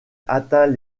atteint